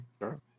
Sure